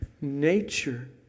Nature